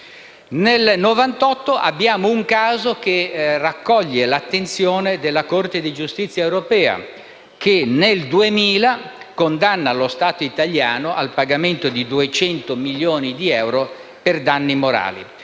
Nel 1998 abbiamo un caso che raccoglie l'attenzione della Corte di giustizia europea, che nel 2000 condanna lo Stato italiano al pagamento di 200 milioni di euro per danni morali.